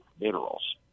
minerals